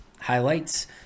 highlights